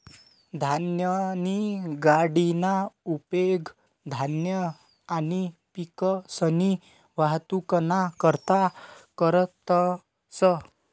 धान्यनी गाडीना उपेग धान्य आणि पिकसनी वाहतुकना करता करतंस